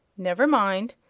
never mind.